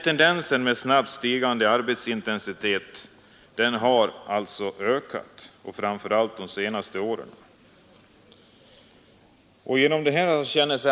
Tendensen till snabbt stigande arbetsintensitet har ökat, framför allt under de senaste åren.